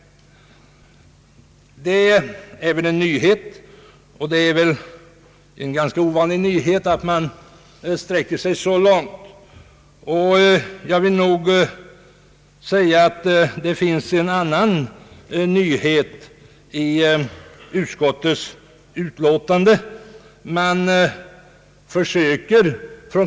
Det är väl en nyhet att ett utskott sträcker sig så långt. Det finns också en annan nyhet i utskottets utlåtande.